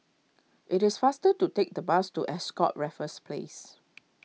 it is faster to take the bus to Ascott Raffles Place